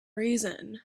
reason